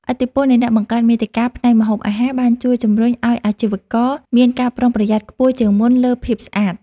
ឥទ្ធិពលនៃអ្នកបង្កើតមាតិកាផ្នែកម្ហូបអាហារបានជួយជម្រុញឱ្យអាជីវករមានការប្រុងប្រយ័ត្នខ្លាំងជាងមុនលើភាពស្អាត។